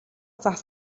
загас